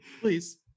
Please